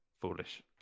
Foolish